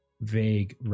vague